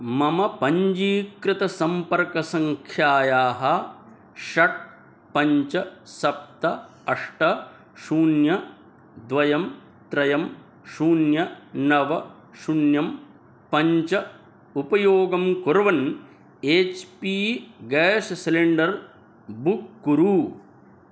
मम पञ्जीकृतसम्पर्कसङ्ख्यां षट् पञ्च सप्त अष्ट शून्यं द्वे त्रीणि शून्यं नव शून्यं पञ्च उपयोगं कुर्वन् H P gas cylinder book कुरु